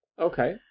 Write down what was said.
Okay